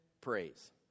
praise